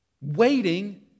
Waiting